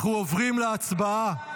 אנחנו עוברים להצבעה